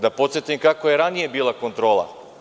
Da podsetim kakva je ranije bila kontrola?